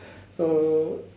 so